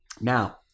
now